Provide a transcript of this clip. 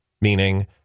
meaning